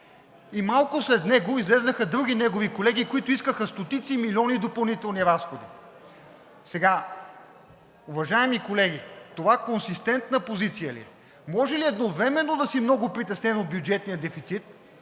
Малко след него излязоха и други негови колеги, които искаха стотици милиони допълнителни разходи. Сега, уважаеми колеги, това консистентна позиция ли е? Може ли едновременно да си много притеснен от бюджетния дефицит